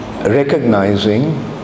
recognizing